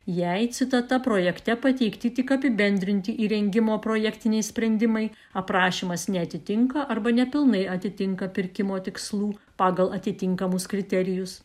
jei citata projekte pateikti tik apibendrinti įrengimo projektiniai sprendimai aprašymas neatitinka arba nepilnai atitinka pirkimo tikslų pagal atitinkamus kriterijus